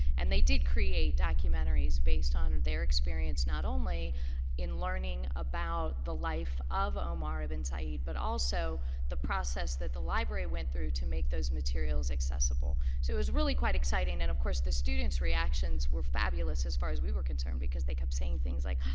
and they did create documentaries based on their experience not only in learning about the life of omar ibn said but also the process that the library went through to make those materials accessible. so it was really quite exciting and of course the students' reactions were fabulous as far as we were concerned. because they kept saying things like,